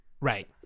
Right